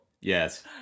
Yes